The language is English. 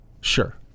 sure